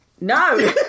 no